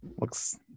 Looks